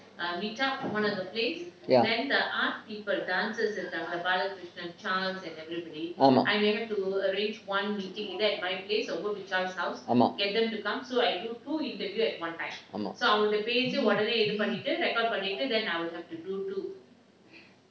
ya ஆமாம் ஆமாம் ஆமாம்:aamaam aamaam aamaam